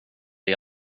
dig